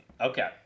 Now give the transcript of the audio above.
Okay